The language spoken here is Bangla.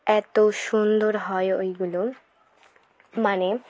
এত সুন্দর হয় ওইগুলো মানে